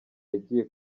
yagiye